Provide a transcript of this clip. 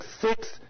six